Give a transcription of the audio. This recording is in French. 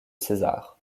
césar